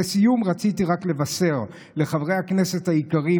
לסיום רציתי רק לבשר לחברי הכנסת היקרים,